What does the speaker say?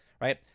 Right